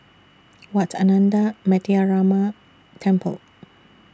Wat Ananda Metyarama Temple